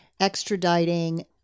extraditing